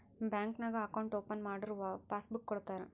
bank ನಾಗ್ account open ಮಾಡುರ್ passbook ಕೊಡ್ತಾರ